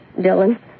Dylan